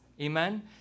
Amen